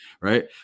Right